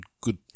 good